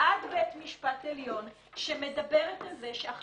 כשבא מכביש 1 ואז יורד, יש תמיד הרי